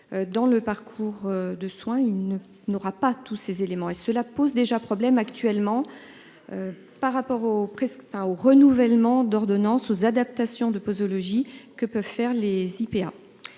Dans le parcours de soins il ne n'aura pas tous ces éléments et cela pose déjà problème actuellement. Par rapport aux presque fin au renouvellement d'ordonnance aux adaptations de posologie, que peuvent faire les IPA.